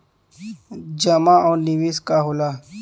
जमा और निवेश का होला?